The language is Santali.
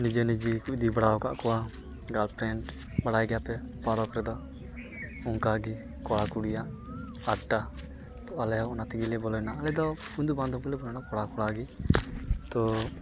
ᱱᱤᱡᱮ ᱱᱤᱡᱮ ᱠᱚ ᱤᱫᱤ ᱵᱟᱲᱟ ᱟᱠᱟᱫ ᱠᱚᱣᱟ ᱜᱟᱨᱞᱯᱷᱨᱮᱱᱰ ᱵᱟᱲᱟᱭ ᱜᱮᱭᱟ ᱯᱮ ᱯᱟᱨᱚᱠ ᱨᱮᱫᱚ ᱚᱱᱠᱟᱜᱮ ᱠᱚᱲᱟ ᱠᱩᱲᱤᱭᱟᱜ ᱟᱰᱰᱟ ᱟᱞᱮ ᱦᱚᱸ ᱚᱱᱟ ᱛᱮᱜᱮᱞᱮ ᱵᱚᱞᱚᱭᱮᱱᱟ ᱟᱞᱮ ᱫᱚ ᱵᱩᱱᱫᱷᱩ ᱵᱟᱱᱫᱷᱚᱵ ᱜᱮᱞᱮ ᱵᱚᱞᱚᱭᱮᱱᱟ ᱠᱚᱲᱟ ᱠᱚᱲᱟ ᱜᱮ ᱛᱚ